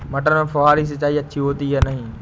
मटर में फुहरी सिंचाई अच्छी होती है या नहीं?